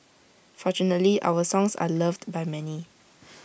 fortunately our songs are loved by many